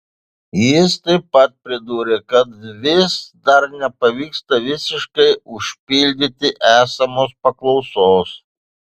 jis taip pat pridūrė kad vis dar nepavyksta visiškai užpildyti esamos paklausos